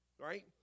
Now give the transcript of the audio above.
right